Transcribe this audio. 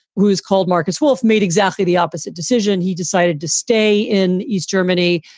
who is called markus wolf made exactly the opposite decision. he decided to stay in east germany.